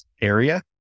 area